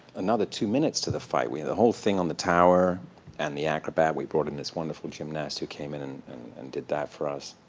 another two minutes to the fight. we had the whole thing on the tower and the acrobat, we brought in this wonderful gymnast who came in and did that for us.